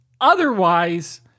otherwise